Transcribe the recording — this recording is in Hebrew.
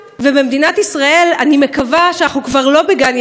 ובמדינת ישראל אני מקווה שאנחנו כבר לא בגן ילדים,